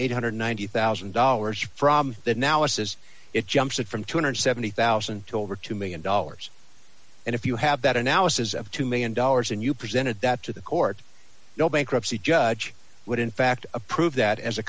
eight hundred and ninety one thousand dollars from that now it says it jumps up from two hundred and seventy thousand and two over two million dollars and if you have that analysis of two million dollars and you presented that to the court no bankruptcy judge would in fact approve that as a